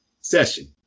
Session